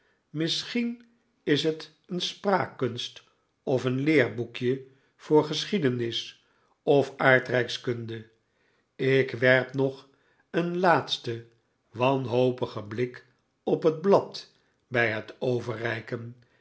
misschien is het een spraakkunst of een leerboekje voor geschiedenis of aardrijkskunde ik werp nog een laatsten wanhopigen blik op het blad bij het overreiken